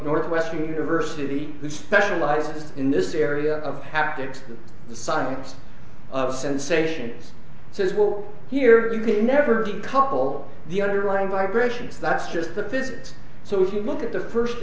northwestern university who specializes in this area of haptics the science of sensations so as well here you can never topple the underlying vibrations that's just the visit so if you look at the first